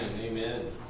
Amen